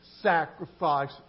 sacrifice